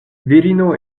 virino